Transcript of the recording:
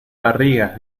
barriga